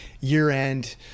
year-end